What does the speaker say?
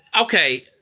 Okay